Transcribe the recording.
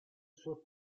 suo